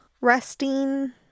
resting